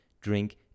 drink